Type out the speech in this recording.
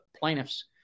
plaintiffs